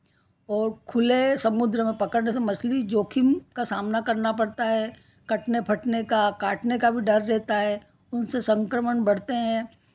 और खुले समुद्र में पकड़ने से मछली जोखिम का सामना करना पड़ता है कटने फटने का काटने का भी डर रहता है उनसे संक्रमण बढ़ते हैं